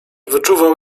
wyczuwał